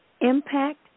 impact